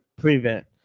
prevent